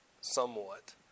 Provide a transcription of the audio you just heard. somewhat